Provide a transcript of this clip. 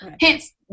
Hence